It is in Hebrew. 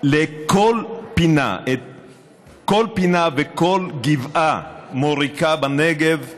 כל פינה וכל גבעה מוריקה בנגב.